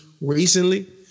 recently